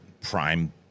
Prime